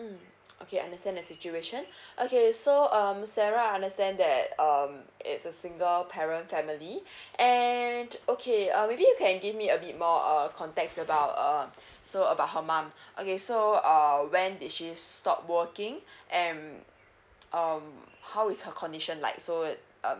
mm okay understand the situation okay so um sarah I understand that um it's a single parent family and okay uh maybe you can give me a bit more uh context about uh so about her mum okay so err when did she stop working and um how is her condition like so it um